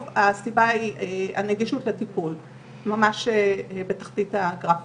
בשיתוף פעולה לא רק עם ניידת הממוגרפיה לכנסת והעלאת המודעות ברחבי הכנסת